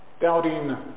doubting